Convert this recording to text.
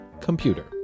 computer